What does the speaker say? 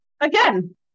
again